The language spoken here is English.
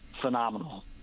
phenomenal